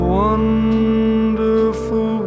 wonderful